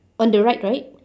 on the right right